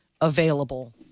available